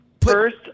First